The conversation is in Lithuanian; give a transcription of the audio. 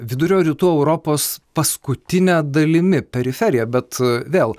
vidurio rytų europos paskutine dalimi periferija bet vėl